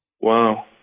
wow